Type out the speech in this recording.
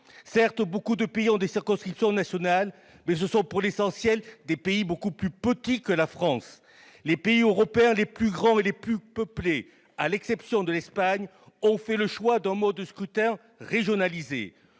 Certes, de nombreux pays ont des circonscriptions nationales, mais ce sont pour l'essentiel des pays beaucoup plus petits que la France. Les pays européens les plus grands et les plus peuplés ont fait le choix, à l'exception de l'Espagne, d'un mode de scrutin régionalisé.